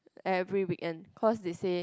every weekend because they say